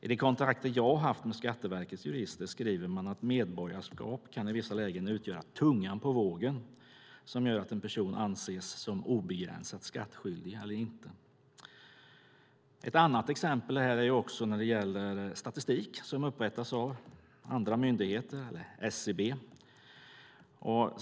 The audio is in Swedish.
I de kontakter som jag har haft med Skatteverkets jurister skriver de att medborgarskap i vissa lägen kan utgöra tungan på vågen som gör att en person anses obegränsat skattskyldig eller inte. Ett annat exempel gäller statistik som upprättas av andra myndigheter eller SCB.